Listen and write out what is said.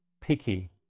picky